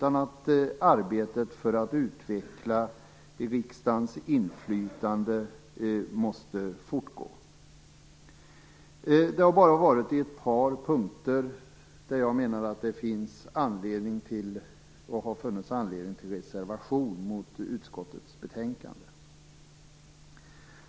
Arbetet för att utveckla riksdagens inflytande måste fortgå. Det är bara på ett par punkter där jag menar att det har funnits anledning till reservation mot utskottets betänkande.